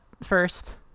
first